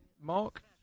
Mark